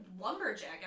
lumberjack